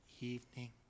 evening